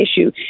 issue